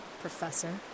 Professor